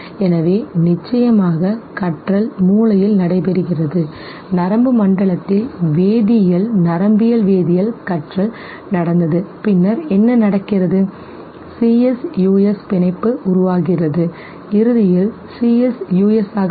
எனவே நிச்சயமாக கற்றல் மூளையில் நடைபெறுகிறது நரம்பு மண்டலத்தில் வேதியியல் நரம்பியல் வேதியியல் கற்றல் நடந்தது பின்னர் என்ன நடக்கிறது CS US பிணைப்பு உருவாகிறது இறுதியில் CS US ஆக மாறும்